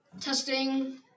Testing